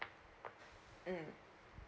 mm